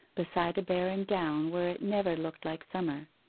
beside a barren down where it never looked like summer.